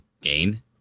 gain